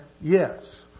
Yes